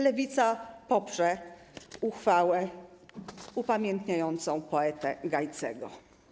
Lewica poprze uchwałę upamiętniającą poetę Gajcego.